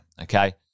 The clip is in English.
okay